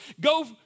go